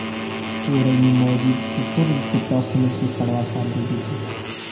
तोरई में मौजूद कुकुरबिटॉसिन उसे कड़वा स्वाद दे देती है